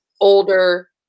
older